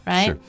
Right